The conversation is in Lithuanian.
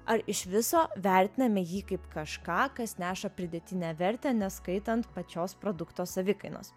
ar iš viso vertiname jį kaip kažką kas neša pridėtinę vertę neskaitant pačios produkto savikainos